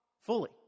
fully